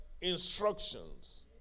instructions